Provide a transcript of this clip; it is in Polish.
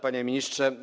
Panie Ministrze!